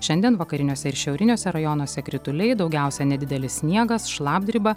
šiandien vakariniuose ir šiauriniuose rajonuose krituliai daugiausia nedidelis sniegas šlapdriba